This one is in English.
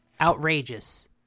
outrageous